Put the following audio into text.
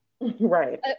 right